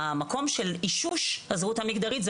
המקום של אישוש הזהות המגדרית זה